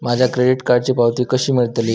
माझ्या क्रेडीट कार्डची पावती कशी मिळतली?